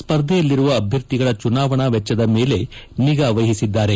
ಸ್ವರ್ಧೆಯಲ್ಲಿರುವ ಅಭ್ಯರ್ಥಿಗಳ ಚುನಾವಣಾ ವೆಚ್ಚದ ಮೇಲೆ ನಿಗಾವಹಿಸಿದ್ದಾರೆ